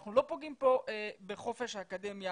אנחנו לא פוגעים פה בחופש האקדמי,